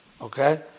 Okay